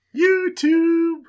YouTube